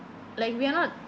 like we are not